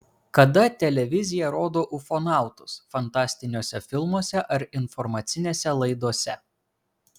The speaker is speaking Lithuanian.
kada televizija rodo ufonautus fantastiniuose filmuose ar informacinėse laidose